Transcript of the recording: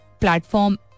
platform